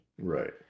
right